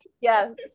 Yes